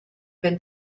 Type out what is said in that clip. been